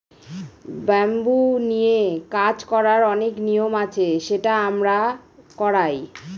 bamboo নিয়ে কাজ করার অনেক নিয়ম আছে সেটা আমরা করায়